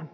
§.